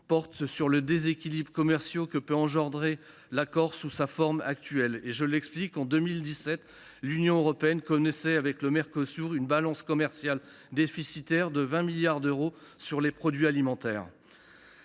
porte sur les déséquilibres commerciaux que peut créer l’accord dans sa forme actuelle. En 2017, l’Union européenne connaissait avec le Mercosur une balance commerciale déficitaire de 20 milliards d’euros sur les produits alimentaires